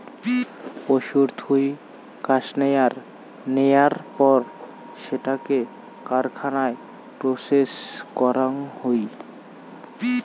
পশুর থুই কাশ্মেয়ার নেয়ার পর সেটোকে কারখানায় প্রসেস করাং হই